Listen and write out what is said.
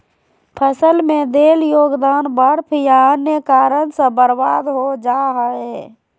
फसल में देल योगदान बर्फ या अन्य कारन से बर्बाद हो जा हइ